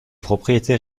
propriétés